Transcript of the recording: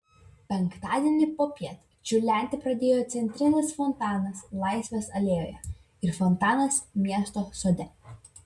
penktadienį popiet čiurlenti pradėjo centrinis fontanas laisvės alėjoje ir fontanas miesto sode